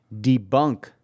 debunk